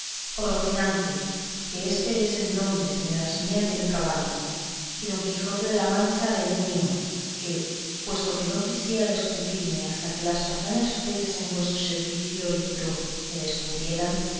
rocinante que éste es el nombre señoras mías de mi caballo y don quijote de la mancha el mío que puesto que no quisiera descubrirme fasta que las fazañas fechas en vuestro servicio y pro me descubrieran